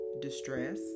distress